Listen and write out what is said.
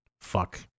fuck